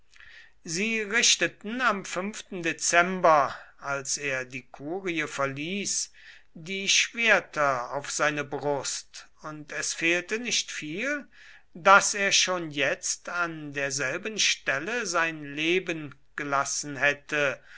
sie richteten am fünften dezember als er die kurie verließ die schwerter auf seine brust und es fehlte nicht viel daß er schon jetzt an derselben stelle sein leben gelassen hätte